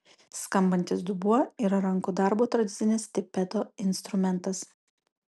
skambantis dubuo yra rankų darbo tradicinis tibeto instrumentas